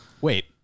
Wait